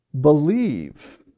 Believe